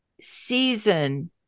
season